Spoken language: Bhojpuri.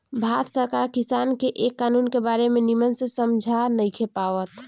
भारत सरकार किसान के ए कानून के बारे मे निमन से समझा नइखे पावत